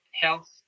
health